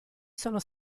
sono